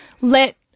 let